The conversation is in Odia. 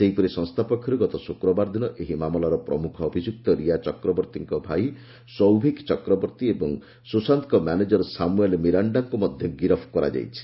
ସେହିପରି ସଂସ୍ଥା ପକ୍ଷରୁ ଗତ ଶୁକ୍ରବାର ଦିନ ଏହି ମାମଲାର ପ୍ରମୁଖ ଅଭିଯୁକ୍ତ ରିଆ ଚକ୍ରବର୍ତ୍ତୀଙ୍କ ଭାଇ ସୌଭିକ୍ ଚକ୍ରବର୍ତ୍ତୀ ଏବଂ ସୁଶାନ୍ତଙ୍କ ମ୍ୟାନେଜର ସାମୁଏଲ୍ ମିରାଣ୍ଡାଙ୍କୁ ମଧ୍ୟ ଗିରଫ କରାଯାଇଛି